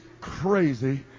crazy